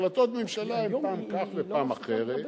שהחלטות ממשלה הן פעם כך ופעם אחרת,